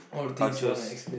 cultures